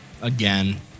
again